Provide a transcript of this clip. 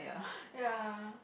ya